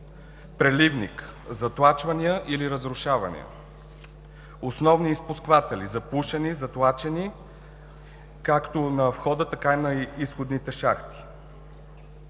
преливник: затлачвания или разрушавания; основни изпускатели: запушени, затлачени, както на входа, така и на изходните шахти;